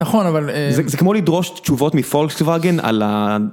נכון אבל זה כמו לדרוש תשובות מפולקסוואגן על ה...